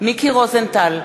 מיקי רוזנטל,